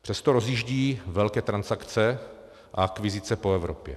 Přesto rozjíždějí velké transakce a akvizice po Evropě.